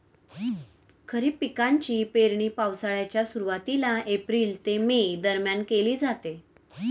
खरीप पिकांची पेरणी पावसाळ्याच्या सुरुवातीला एप्रिल ते मे दरम्यान केली जाते